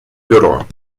бюро